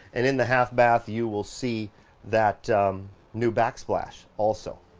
and in the half bath, you will see that new backsplash also.